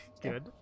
Good